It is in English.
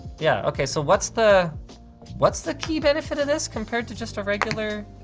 yeah, okay, so what's the what's the key benefit of this compared to just a regular